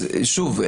אז שוב,